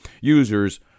Users